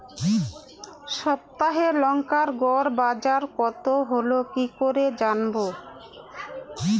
সপ্তাহে লংকার গড় বাজার কতো হলো কীকরে জানবো?